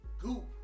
goop